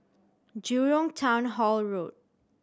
Jurong Town Hall Road